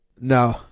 No